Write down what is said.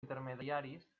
intermediaris